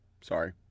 Sorry